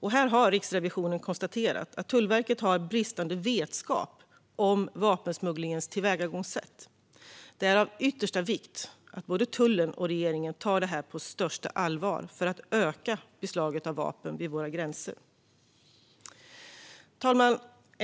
Här har Riksrevisionen konstaterat att Tullverket har bristande vetskap om vapensmugglingens tillvägagångssätt. Det är av yttersta vikt att både tullen och regeringen tar detta på största allvar för att öka beslaget av vapen vid våra gränser. Fru talman!